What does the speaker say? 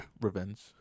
Revenge